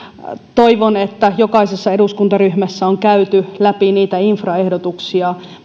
toivon että jokaisessa eduskuntaryhmässä on käyty läpi niitä infraehdotuksia